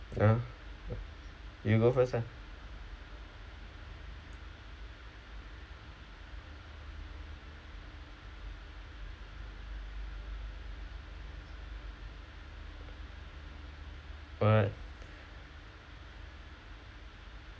uh you go for first ah what